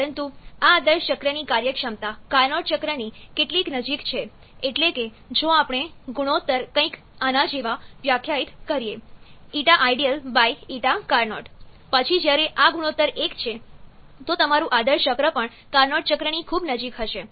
પરંતુ આ આદર્શ ચક્રની કાર્યક્ષમતા કાર્નોટ ચક્રની કેટલી નજીક છે એટલે કે જો આપણે ગુણોત્તર કંઈક આના જેવા વ્યાખ્યાયિત કરીએ ƞidealƞCarnot પછી જ્યારે આ ગુણોત્તર 1 છે તો તમારું આદર્શ ચક્ર પણ કાર્નોટ ચક્રની ખૂબ નજીક હશે